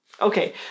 Okay